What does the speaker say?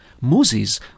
Moses